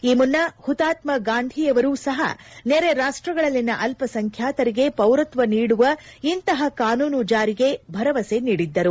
ಈ ಮುನ್ನ ಮಹಾತ್ನಾಗಾಂಧಿಯವರು ಸಹ ನೆರೆ ರಾಷ್ಷಗಳಲ್ಲಿನ ಅಲ್ಪಸಂಖ್ಯಾತರಿಗೆ ಪೌರತ್ವ ನೀಡುವ ಇಂತಹ ಕಾನೂನು ಜಾರಿಗೆ ಭರವಸೆ ನೀಡಿದ್ದರು